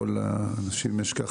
כל האנשים ממשק החלב,